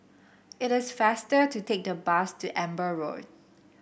it is faster to take the bus to Amber Road